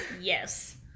Yes